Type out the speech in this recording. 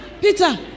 Peter